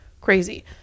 crazy